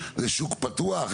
איזה שוק פתוח?